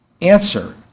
Answer